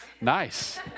nice